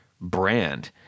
brand